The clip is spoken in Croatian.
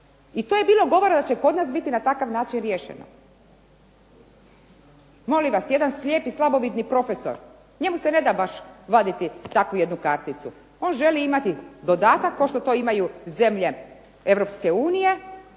I to je bilo govora da će kod nas biti na takav način riješeno. Molim vas, jedan slijepi, slabovidni profesor njemu se ne da baš vaditi takvu jednu karticu. On želi imati dodatak pošto to imaju zemlje EU,